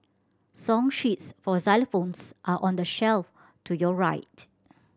song sheets for xylophones are on the shelf to your right